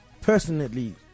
Personally